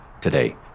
Today